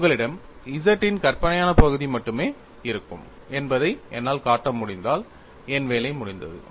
உங்களிடம் Z இன் கற்பனையான பகுதி மட்டுமே இருக்கும் என்பதை என்னால் காட்ட முடிந்தால் என் வேலை முடிந்தது